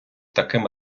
таким